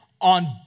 on